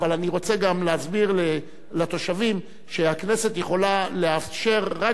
אבל אני רוצה גם להסביר לתושבים שהכנסת יכולה לאפשר רק